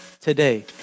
today